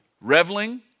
reveling